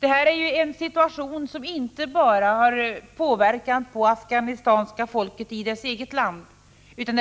Det här är ju en situation som inte bara har påverkat det afghanska folket utan